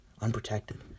unprotected